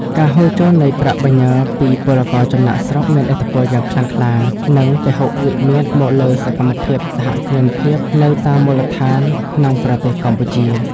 ការហូរចូលនៃប្រាក់បញ្ញើពីពលករចំណាកស្រុក មានឥទ្ធិពលយ៉ាងខ្លាំងខ្លា និងពហុវិមាត្រមកលើសកម្មភាពសហគ្រិនភាពនៅតាមមូលដ្ឋានក្នុងប្រទេសកម្ពុជា។